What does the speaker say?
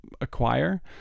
acquire